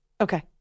Okay